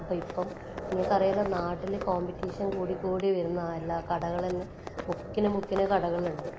അപ്പോൾ ഇപ്പം നിങ്ങൾക്ക് അറിയാലോ നാട്ടിൽ കോമ്പറ്റീഷൻ കൂടിക്കൂടി വരുന്ന എല്ലാ കടകളന്നെ മുക്കിന് മുക്കിനു കടകളുണ്ട്